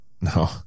No